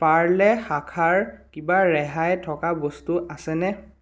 পাৰ্লে শাখাৰ কিবা ৰেহাই থকা বস্তু আছেনে